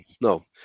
no